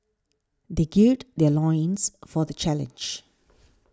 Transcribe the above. they gird their loins for the challenge